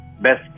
best